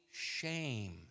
shame